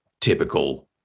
typical